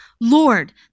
Lord